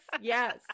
yes